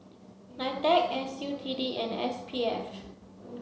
Ni Tec S U T D and S P F